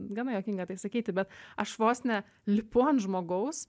gana juokinga tai sakyti bet aš vos ne lipu ant žmogaus